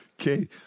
Okay